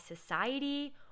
society